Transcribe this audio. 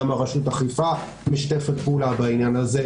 גם רשות האכיפה משתפת פעולה בעניין הזה,